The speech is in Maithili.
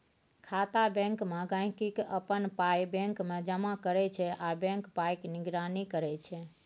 खाता बैंकमे गांहिकी अपन पाइ बैंकमे जमा करै छै आ बैंक पाइक निगरानी करै छै